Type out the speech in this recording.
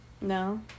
no